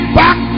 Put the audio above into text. back